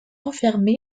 enfermé